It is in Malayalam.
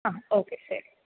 ആ ഓക്കേ ശരി